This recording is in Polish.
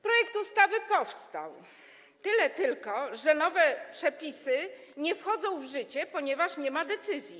Projekt ustawy powstał, tyle tylko, że nowe przepisy nie wchodzą w życie, ponieważ nie ma decyzji.